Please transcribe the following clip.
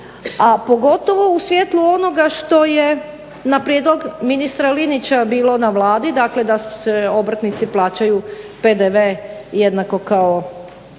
a pogotovo u svjetlu onoga što je na prijedlog ministra Linića bilo na Vladi, dakle da se obrtnici plaćaju PDV jednako kao